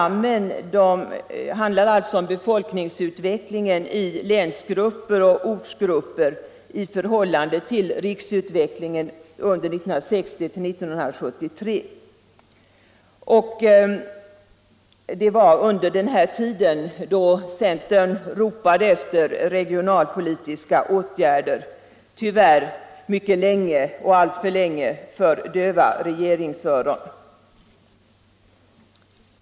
Det första klargör hur brant nedåtgående kurvan för skogslänen är jämfört med övriga länsgrupper. Detta är i och för sig ingen nyhet. Det var under den här tiden som centern ropade efter regionalpolitiska åtgärder, tyvärr mycket länge — alltför länge — för döva regeringsöron.